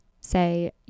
say